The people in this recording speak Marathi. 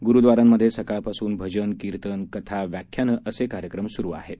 गुरुद्वारांमध्येसकाळपासूनभजन कीर्तन कथा व्याख्यानअसेकार्यक्रमसुरुआहेत